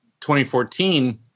2014